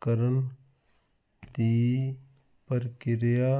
ਕਰਨ ਦੀ ਪ੍ਰਕਿਰਿਆ